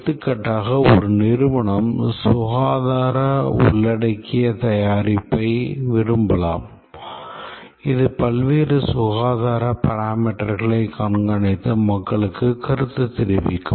எடுத்துக்காட்டாக ஒரு நிறுவனம் சுகாதார உள்ளடிக்கிய தயாரிப்பை உருவாக்க விரும்பலாம் இது பல்வேறு சுகாதார பாராமீட்டர்களைக் கண்காணித்து மக்களுக்கு கருத்துத் தெரிவிக்கும்